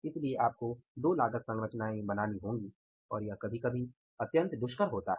इसलिए आपको दो लागत संरचनाएं बनानी होगी और यह कभी कभी अत्यंत कठिन होता है